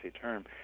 term